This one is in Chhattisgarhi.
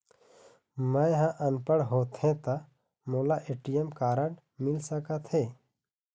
मैं ह अनपढ़ होथे ता मोला ए.टी.एम कारड मिल सका थे?